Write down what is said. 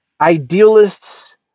idealists